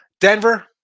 Denver